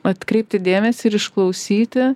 atkreipti dėmesį ir išklausyti